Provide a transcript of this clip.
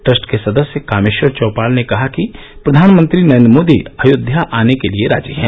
trust के सदस्य कामेश्वर चौपाल ने कहा कि प्रधानमंत्री नरेन्द्र मोदी अयोध्या आने के लिए राजी हैं